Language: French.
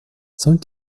cent